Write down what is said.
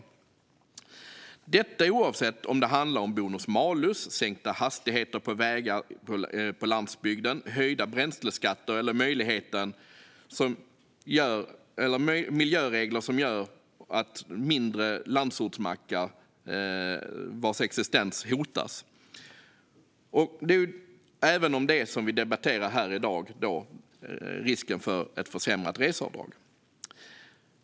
Detta gäller oavsett om det handlar om bonus-malus, sänkta hastigheter på vägar på landsbygden, höjda bränsleskatter eller miljöregler som gör att mindre landsortsmackars existens hotas. Det vi debatterar här i dag är alltså risken för ett försämrat reseavdrag.